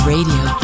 Radio